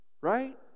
Right